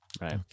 Right